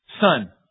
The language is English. Son